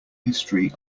history